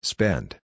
Spend